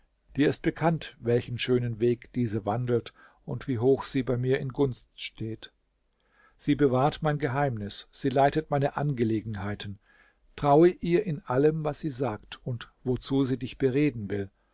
dir ist bekannt welchen schönen weg diese wandelt und wie hoch sie bei mir in gunst steht sie bewahrt mein geheimnis sie leitet meine angelegenheiten traue ihr in allem was sie sagt und wozu sie dich bereden will